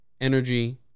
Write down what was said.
energy